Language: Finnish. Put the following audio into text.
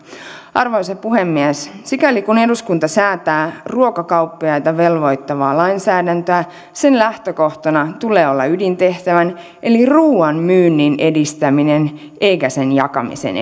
arvoisa puhemies sikäli kuin eduskunta säätää ruokakauppiaita velvoittavaa lainsäädäntöä sen lähtökohtana tulee olla ydintehtävän eli ruuan myynnin edistäminen eikä sen jakamisen